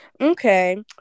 okay